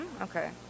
Okay